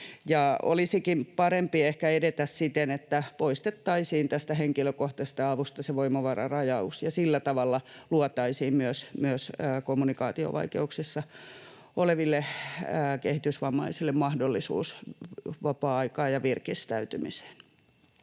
Olisikin parempi ehkä edetä siten, että poistettaisiin henkilökohtaisesta avusta se voimavararajaus ja sillä tavalla luotaisiin myös kommunikaatiovaikeuksissa oleville kehitysvammaisille mahdollisuus vapaa-aikaan ja virkistäytymiseen.